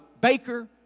baker